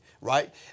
right